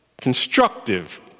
constructive